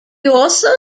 also